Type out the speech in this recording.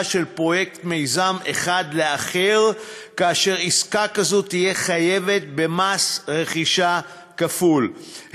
של פרויקט מיזם אחד לאחר: עסקה כזאת תהיה חייבת במס רכישה כפול,